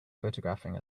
photographing